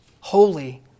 holy